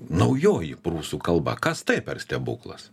naujoji prūsų kalba kas tai per stebuklas